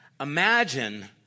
Imagine